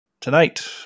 tonight